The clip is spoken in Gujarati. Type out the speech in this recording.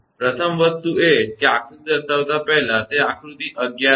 પ્રથમ વસ્તુ એ છે કે આકૃતિ દર્શાવતા પહેલા તે આકૃતિ 11 a